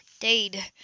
Dade